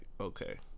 okay